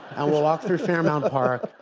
and we'll walk through fairmount park.